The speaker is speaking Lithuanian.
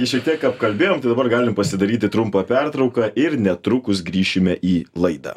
šiek tiek apkalbėjom tai dabar galim pasidaryti trumpą pertrauką ir netrukus grįšime į laidą